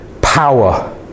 Power